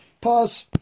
Pause